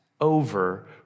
over